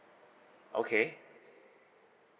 okay